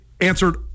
answered